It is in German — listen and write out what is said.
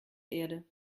erde